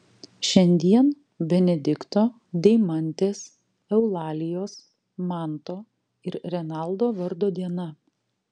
šiandien benedikto deimantės eulalijos manto ir renaldo vardo diena